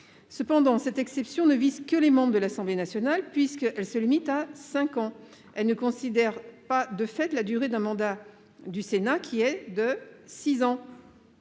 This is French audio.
Cependant, cette exception ne vise que les membres de l’Assemblée nationale, puisqu’elle se limite à cinq ans. Elle ne prend pas en compte, de fait, la durée d’un mandat de sénateur, qui est de six ans.